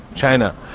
china.